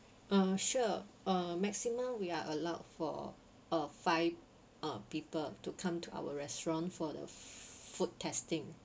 uh sure uh maximum we are allowed for uh five uh people to come to our restaurant for the food testing